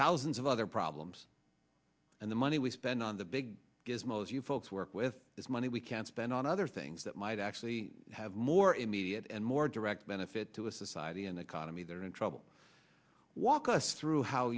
thousands of other problems and the money we spend on the big gizmos you folks work with this money we can spend on other things that might actually have more immediate and more direct benefit to a society and economy that are in trouble walk us through how